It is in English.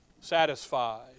Satisfied